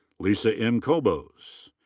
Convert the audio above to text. lisa m. kobos.